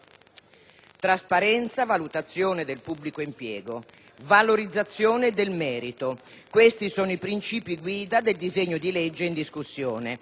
Trasparenza, valutazione del pubblico impiego, valorizzazione del merito: questi sono i principi guida del disegno di legge in discussione.